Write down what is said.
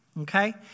Okay